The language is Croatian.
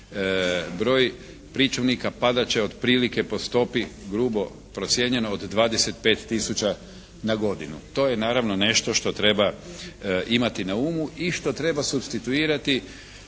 broj pričuvnika padat će otprilike po stopi grubo procijenjeno od 25 tisuća na godinu. To je naravno nešto što treba imati na umu i što treba supstituirati